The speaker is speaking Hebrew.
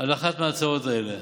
אחת מההצעות האלה.